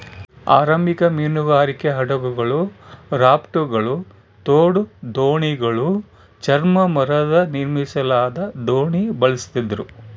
ಆರಂಭಿಕ ಮೀನುಗಾರಿಕೆ ಹಡಗುಗಳು ರಾಫ್ಟ್ಗಳು ತೋಡು ದೋಣಿಗಳು ಚರ್ಮ ಮರದ ನಿರ್ಮಿಸಲಾದ ದೋಣಿ ಬಳಸ್ತಿದ್ರು